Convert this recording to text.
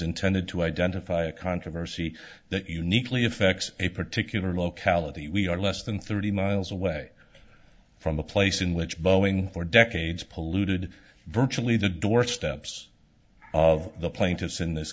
intended to identify a controversy that uniquely effects a particular locality we are less than thirty miles away from a place in which boeing for decades polluted virtually the doorsteps of the plaintiffs in this